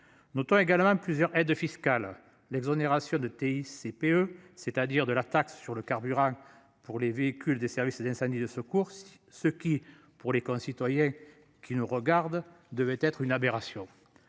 Notons également plusieurs aides fiscales l'exonération de TICPE c'est-à-dire de la taxe sur le carburant pour les véhicules des services d'incendie et de secours, ce qui pour les coïncide. Qui nous regardent devait être une aberration.